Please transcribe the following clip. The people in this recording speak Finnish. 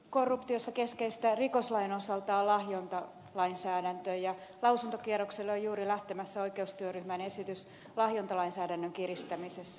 korruptiossa keskeistä rikoslain osalta on lahjontalainsäädäntö ja lausuntokierrokselle on juuri lähtemässä oikeusministeriön työryhmän esitys lahjontalainsäädännön kiristämisestä